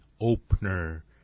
opener